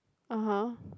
(uh huh)